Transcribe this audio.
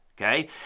Okay